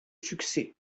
succès